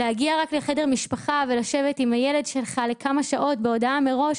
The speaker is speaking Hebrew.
להגיע רק לחדר משפחה ולשבת עם הילד שלך לכמה שעות בהודעה מראש,